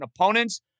opponents